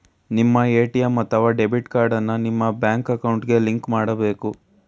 ನಿಮ್ಮ ಎ.ಟಿ.ಎಂ ಅಥವಾ debit card ಅನ್ನ ನಿಮ್ಮ ನಿಮ್ಮ ಬ್ಯಾಂಕ್ ಅಕೌಂಟ್ಗೆ ಲಿಂಕ್ ಮಾಡಬೇಕು